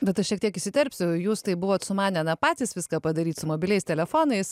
bet aš šiek tiek įsiterpsiu jūs tai buvot sumanę na patys viską padaryt su mobiliais telefonais